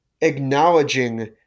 acknowledging